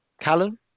Callum